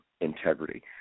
integrity